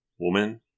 Woman